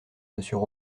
monsieur